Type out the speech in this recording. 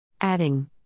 Adding